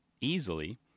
easily